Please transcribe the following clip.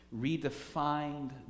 redefined